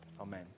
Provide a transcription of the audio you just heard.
Amen